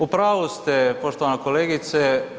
U pravu ste poštovana kolegice.